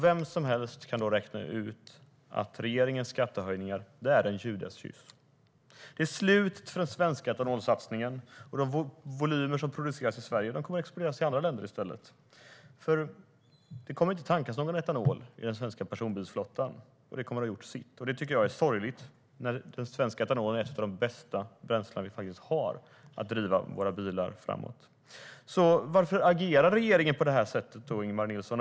Vem som helst kan då räkna ut att regeringens skattehöjningar är en judaskyss. Detta är slutet för den svenska etanolsatsningen. De volymer som produceras i Sverige kommer att exporteras till andra länder i stället. Det kommer inte att tankas någon etanol i den svenska personbilsflottan. Den kommer att ha gjort sitt. Det tycker jag är sorgligt, då den svenska etanolen hör till de bästa bränslen vi har att driva våra bilar med. Varför agerar regeringen på det här sättet, Ingemar Nilsson?